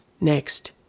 Next